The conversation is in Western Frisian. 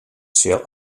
sil